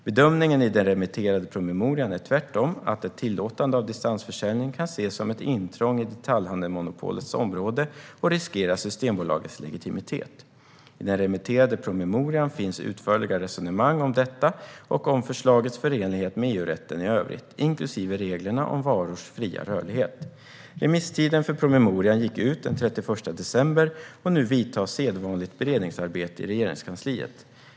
Bedömningen i den remitterade promemorian är tvärtom att ett tillåtande av distansförsäljning kan ses som ett intrång i detaljhandelsmonopolets område och riskera Systembolagets legitimitet. I den remitterade promemorian finns utförliga resonemang om detta och om förslagets förenlighet med EU-rätten i övrigt, inklusive reglerna om varors fria rörlighet. Remisstiden för promemorian gick ut den 31 december, och nu vidtar sedvanligt beredningsarbete i Regeringskansliet.